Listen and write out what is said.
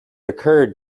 occurred